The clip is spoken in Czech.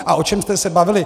A o čem jste se bavili?